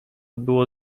było